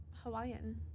hawaiian